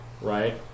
Right